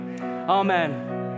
Amen